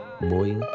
Boy